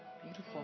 Beautiful